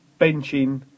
benching